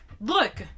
Look